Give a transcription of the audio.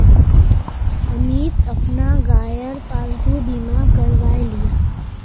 अमित अपना गायेर पालतू बीमा करवाएं लियाः